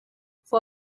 for